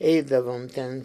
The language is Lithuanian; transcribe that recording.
eidavom ten